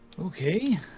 Okay